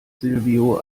silvio